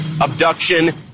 abduction